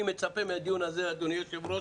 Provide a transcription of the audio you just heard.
אני מצפה מהדיון הזה, אדוני היו"ר,